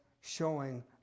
showing